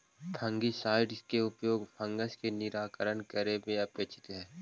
fungicide के उपयोग fungus के निराकरण करे में अपेक्षित हई